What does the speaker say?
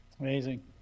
Amazing